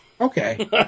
Okay